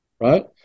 right